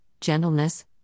gentleness